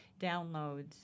downloads